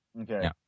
Okay